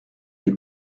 les